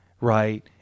right